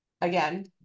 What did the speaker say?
again